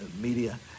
media